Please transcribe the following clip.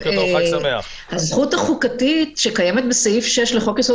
הזכות החוקתית שקיימת בסעיף 6 לחוק-יסוד: